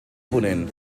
ponent